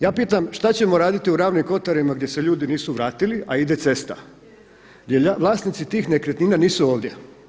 Ja pitam, šta ćemo raditi u Ravnim Kotarima gdje se ljudi nisu vratili a ide cesta gdje vlasnici nekretnina nisu ovdje.